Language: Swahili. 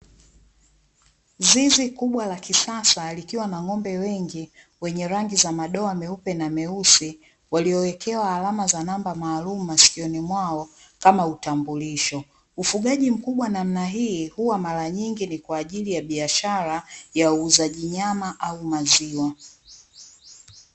Zizi kubwa la kisasa likiwa na ng'ombe wengi wenye rangi za madoa meupe na meusi waliowekewa alama za namba maalum masikioni mwao kama utambulisho, ufugaji mkubwa namna hii huwa mara nyingi ni kwa ajili ya biashara ya uuzaji nyama au maziwa .